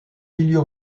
milieu